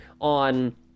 on